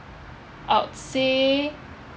I would say